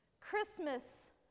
Christmas